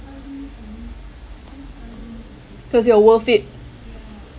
cause you are worth it